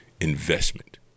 investment